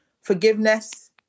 forgiveness